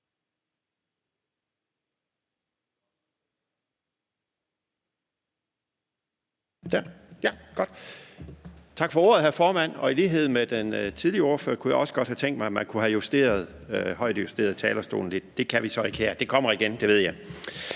Tak for ordet, hr. formand. I lighed med den tidligere ordfører kunne jeg også godt have tænkt mig, at man kunne have højdejusteret talerstolen lidt. Det kan vi så ikke her. Det kommer igen. Det ved jeg.